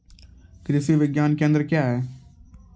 कृषि विज्ञान केंद्र क्या हैं?